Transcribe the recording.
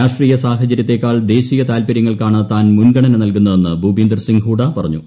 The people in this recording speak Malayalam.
രാഷ്ട്രീയ സാഹചര്യത്തെക്കാൾ ദേശീയ താൽപ്പര്യങ്ങൾക്കാണ് താൻ മുൻഗണന നൽകുന്നതെന്ന് ഭൂപീന്ദർ സിംഗ് ഹൂഡ് പറഞ്ഞു